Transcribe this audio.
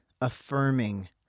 affirming